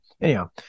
anyhow